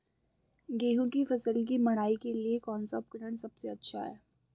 गेहूँ की फसल की मड़ाई के लिए कौन सा उपकरण सबसे अच्छा है?